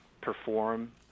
perform